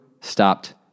stopped